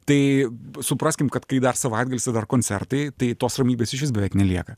tai supraskim kad kai dar savaitgalis ir dar koncertai tai tos ramybės išvis beveik nelieka